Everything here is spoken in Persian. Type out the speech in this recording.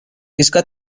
ایستگاه